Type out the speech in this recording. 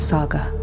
Saga